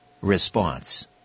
response